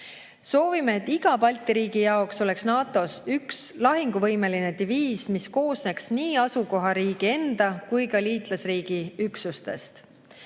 Soovime, et iga Balti riigi jaoks oleks NATO‑s üks lahinguvõimeline diviis, mis koosneks nii asukohariigi enda kui ka liitlasriigi üksustest.